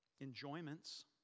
enjoyments